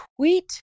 tweet